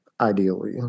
ideally